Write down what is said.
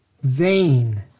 vain